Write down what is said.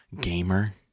gamer